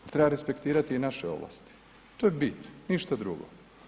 Treba respektirati i naše ovlasti, to je bit, ništa drugo.